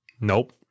Nope